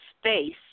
space